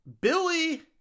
Billy